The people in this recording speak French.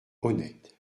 honnête